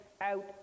out